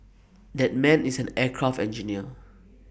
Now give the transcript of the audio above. that man is an aircraft engineer